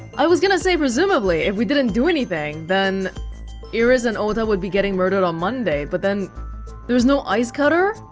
i was gonna say presumably, if we didn't do anything, then iris and ota would be getting murdered on monday, but then there's no ice cutter?